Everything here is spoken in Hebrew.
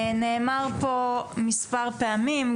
נאמר פה מספר פעמים,